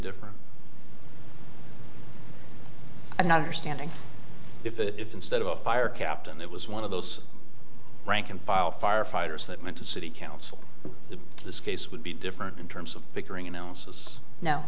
different i'm not understanding if instead of a fire captain that was one of those rank and file firefighters that went to city council this case would be different in terms of bickering analysis no